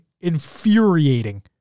infuriating